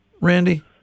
Randy